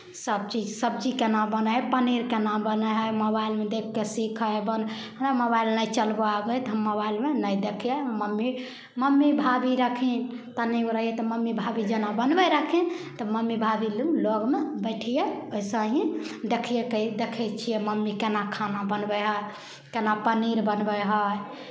सभचीज सब्जी केना बनै हइ पनीर केना बनै हइ मोबाइलमे देखि कऽ सीखै हइ बन हमरा मोबाइल नहि चलबय आबय तऽ हम मोबाइलमे नहि देखियै हम मम्मी मम्मी भाभी रहथिन तनी गो रहियै तऽ मम्मी भाभी जेना बनबै रहखिन तऽ मम्मी भाभीलू लगमे बैठियै वइसे ही देखियै तऽ देखै छियै मम्मी केना खाना बनबै हइ केना पनीर बनबै हइ